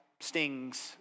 stings